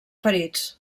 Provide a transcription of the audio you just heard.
ferits